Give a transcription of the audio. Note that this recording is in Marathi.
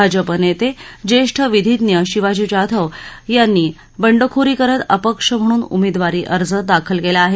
भाजप नेते ज्येष्ठ विधीज्ञ शिवाजी जाधव यांनी बंडखोरी करत अपक्ष म्हणून उमेदवारी अर्ज दाखल केला आहे